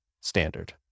standard